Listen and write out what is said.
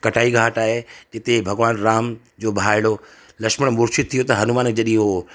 कटाई घाट आहे इते ई भॻवानु राम जो भाउड़ो लछ्मण मूर्छित थी वियो त हनुमान जॾहिं हो